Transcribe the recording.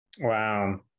Wow